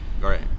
Right